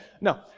no